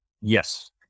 yes